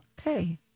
Okay